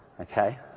Okay